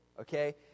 Okay